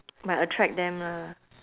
might attract them lah